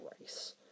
race